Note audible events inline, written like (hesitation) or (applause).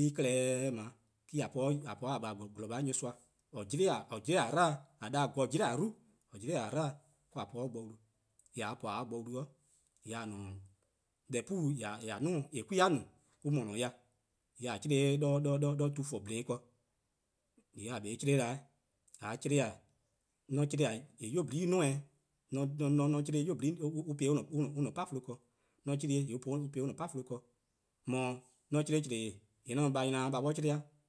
en klehkpeh :daa me-: (hesitation) :a po 'de :a (hesitation) :baa' :gwlor :baa' nyorsoa (hesitation) :or 'jli-a 'dlu, :a 'da-dih-a gor-jli-a 'dlu, :or 'jli-a 'dlu or-: :a po 'de bo wlu, :yee' :mor :a po 'de or wlu, :yee' :a deh 'puu (hesitation) :a 'duo:-a :eh 'kwi-a no-a or san-dih, :yee :a 'chle-dih-eh-a (hesitation) 'do tu :for :bhlin :bhlin ken, :yee' :a 'kpa 'o chle 'da 'weh, :mor :a 'chle, :mor 'on 'chle :yee' 'nynuu :nyene' 'duo:-eh 'weh, (hesitation) :mor 'on 'chle-eh :yee' 'nyene (hesitation) on po-eh 'de (hesitation) an-a' :chlee-deh 'di, :mor 'on chlee-eh :yee' on (hesitation) on po-eh 'de an-a 'chlee-deh 'di, mor 'on 'chle :chlee :yee' 'on 'da a :nyna-dih a 'bor 'chle-a,,